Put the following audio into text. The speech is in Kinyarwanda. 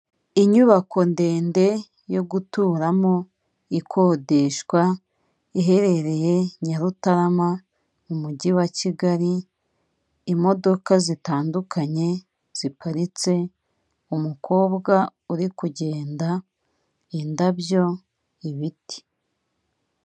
Inyubako ndende yo guturamo ikodeshwa iherereye Nyarutarama mu mujyi wa Kigali imodoka zitandukanye ziparitse umukobwa uri kugenda, indabyo, ibiti.